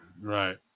right